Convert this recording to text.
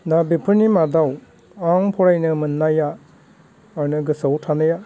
दा बेफोरनि मादाव आं फरायनो मोननाया माने गोसोआव थानाया